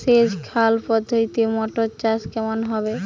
সেচ খাল পদ্ধতিতে মটর চাষ কেমন হবে?